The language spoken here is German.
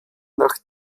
nach